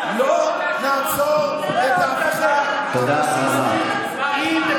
לא נעצור את ההפיכה הפשיסטית אם נקיים את